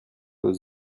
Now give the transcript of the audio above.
chose